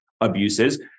abuses